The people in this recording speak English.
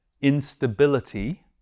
instability